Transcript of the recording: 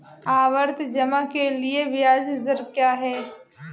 आवर्ती जमा के लिए ब्याज दर क्या है?